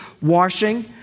washing